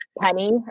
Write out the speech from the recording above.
penny